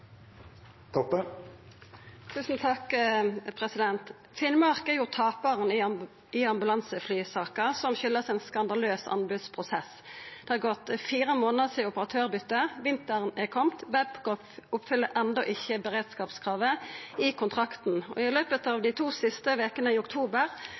Toppe – til oppfølgingsspørsmål. Finnmark er taparen i ambulanseflysaka, som kjem av ein skandaløs anbodsprosess. Det har gått fire månader sidan operatørbytet, vinteren er komen, og Babcock oppfyller enno ikkje beredskapskravet i kontrakten. I løpet av dei to siste vekene i oktober